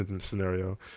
scenario